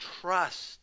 trust